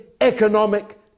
economic